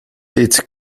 its